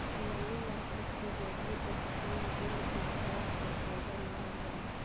मनी market के जरिए exchange bill के तौर पर कर्जा लिहल जाला